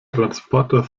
transporter